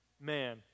Man